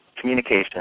communication